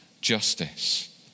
justice